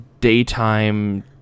daytime